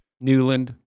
newland